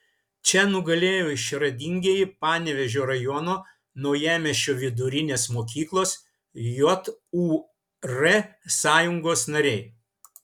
čia nugalėjo išradingieji panevėžio rajono naujamiesčio vidurinės mokyklos jūr sąjungos nariai